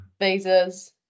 Visas